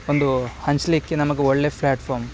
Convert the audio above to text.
ಒಂದು ಹಂಚಲಿಕ್ಕೆ ನಮಗೆ ಒಳ್ಳೆ ಫ್ಲ್ಯಾಟ್ಫಾರ್ಮ್